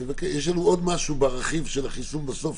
יש לנו עוד משהו ברכיב של החיסון בסוף,